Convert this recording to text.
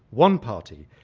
one party,